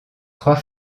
trois